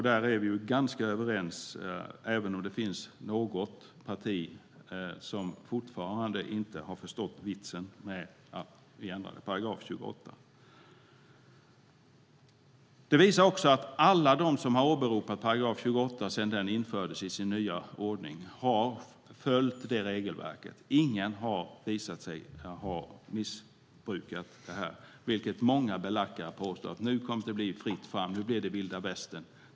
Där är vi ganska överens, även om det finns något parti som fortfarande inte har förstått vitsen med att vi ändrade § 28. Det visar sig också att alla som har åberopat § 28 sedan den infördes i sin nya ordning har följt regelverket. Ingen har visat sig ha missbrukat detta, vilket många belackare påstod när de menade att nu kommer det att bli fritt fram och vilda västern.